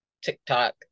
tiktok